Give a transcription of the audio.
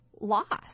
lost